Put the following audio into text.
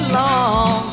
long